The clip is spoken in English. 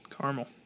Caramel